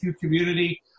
community